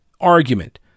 argument